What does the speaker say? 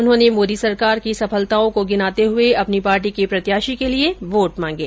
उन्होंने मोदी सरकार की सफलताओं को गिनाते हुए अपनी पार्टी के प्रत्याशी के लिये वोट मांगे